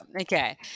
okay